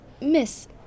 Miss